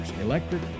Electric